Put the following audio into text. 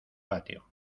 patio